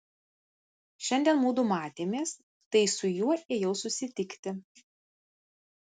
šiandien mudu matėmės tai su juo ėjau susitikti